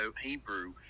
hebrew